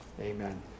Amen